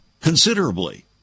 considerably